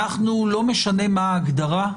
לא משנה מה ההגדרה,